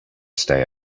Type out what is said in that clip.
stay